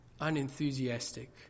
unenthusiastic